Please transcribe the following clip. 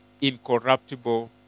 incorruptible